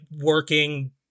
working